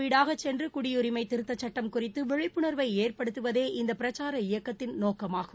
வீடாக சென்று குடியுரிமை திருத்தச் சுட்டம் குறித்து விழிப்புணர்வை ஏற்படுத்துவதே இந்த பிரச்சார இயக்கத்தின் நோக்கமாகும்